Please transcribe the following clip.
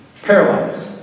Paralyzed